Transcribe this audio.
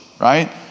right